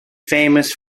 famous